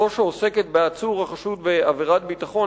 זו שעוסקת בעצור החשוד בעבירת ביטחון,